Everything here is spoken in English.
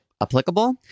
applicable